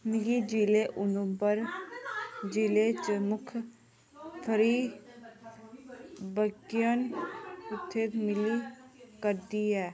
मिगी जि'ले उदयपुर जि'ले च मुख्त फ्रीऽ वैक्सीन कु'त्थै मिली सकदी ऐ